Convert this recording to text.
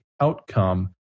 outcome